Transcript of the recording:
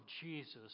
Jesus